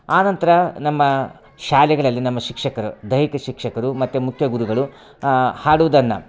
ಆ ನಂತರ ನಮ್ಮ ಶಾಲೆಗಳಲ್ಲಿ ನಮ್ಮ ಶಿಕ್ಷಕ ದೈಹಿಕ ಶಿಕ್ಷಕರು ಮತ್ತು ಮುಖ್ಯ ಗುರುಗಳು ಹಾಡೋದನ್ನ